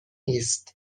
نیست